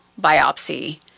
biopsy